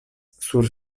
sur